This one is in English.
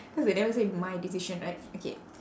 because they never say my decision right okay